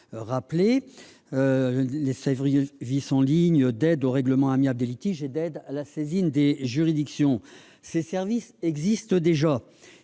nouveaux services en ligne d'aide au règlement amiable des litiges et d'aide à la saisine des juridictions. Ces services existent déjà